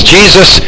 Jesus